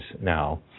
now